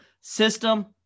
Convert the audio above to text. System